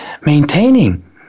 maintaining